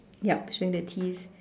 yup showing the teeth